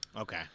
Okay